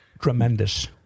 tremendous